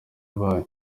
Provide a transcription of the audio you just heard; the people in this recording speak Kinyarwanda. ibaye